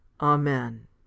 Amen